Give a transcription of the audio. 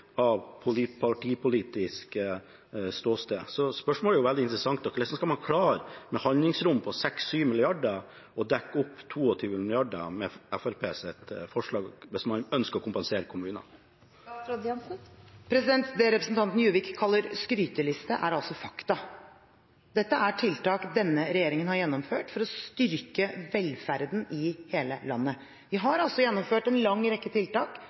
av partipolitisk ståsted. Spørsmålet er veldig interessant: Hvordan skal man klare, med et handlingsrom på 6–7 mrd. kr, å dekke opp de 22 mrd. kr med Fremskrittspartiets forslag, hvis man ønsker å kompensere kommunene? Det representanten Juvik kaller skryteliste, er altså fakta. Dette er tiltak denne regjeringen har gjennomført for å styrke velferden i hele landet. Vi har altså gjennomført en lang rekke tiltak